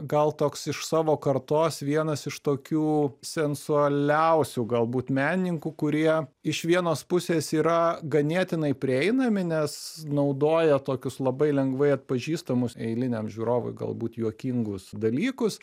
gal toks iš savo kartos vienas iš tokių sensualiausių galbūt menininkų kurie iš vienos pusės yra ganėtinai prieinami nes naudoja tokius labai lengvai atpažįstamus eiliniam žiūrovui galbūt juokingus dalykus